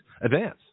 advance